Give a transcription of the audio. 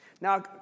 Now